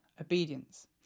obedience